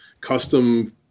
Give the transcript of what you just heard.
custom